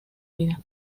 vida